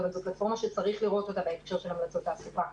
אבל זה פלטפורמה שצריך לראות אותה בהקשר של המלצות תעסוקה.